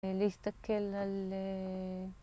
להסתכל על...